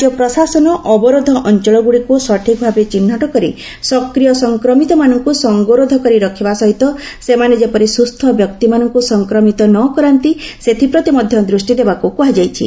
ରାଜ୍ୟ ପ୍ରଶାସନ ଅବରୋଧ ଅଞ୍ଚଳଗୁଡିକୁ ସଠିକଭାବେ ଚିହ୍ନଟ କରି ସକ୍ରିୟ ସଂକ୍ରମିତମାନଙ୍କୁ ସଙ୍ଗରୋଧ କରି ରଖିବା ସହିତ ସେମାନେ ଯେପରି ସୁସ୍ଥ ବ୍ୟକ୍ତିମାନଙ୍କୁ ସଂକ୍ରମିତ ନ କରାନ୍ତି ସେଥିପ୍ରତି ମଧ୍ୟ ଦୃଷ୍ଟିଦେବାକୁ କୁହାଯାଇଛି